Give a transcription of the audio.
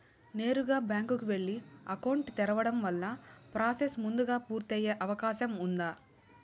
నేరుగా బ్యాంకు కు వెళ్లి అకౌంట్ తెరవడం వల్ల ప్రాసెస్ ముందుగా పూర్తి అయ్యే అవకాశం ఉందా?